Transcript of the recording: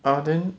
ah then